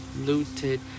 looted